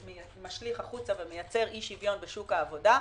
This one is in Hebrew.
שמשליך החוצה ומייצר אי שוויון בשוק העבודה.